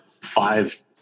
five